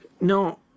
No